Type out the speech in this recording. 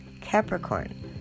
Capricorn